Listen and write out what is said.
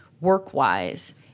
work-wise